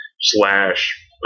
slash